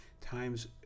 times